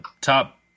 top